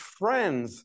friends